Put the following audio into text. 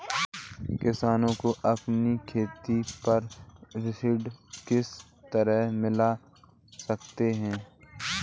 किसानों को अपनी खेती पर ऋण किस तरह मिल सकता है?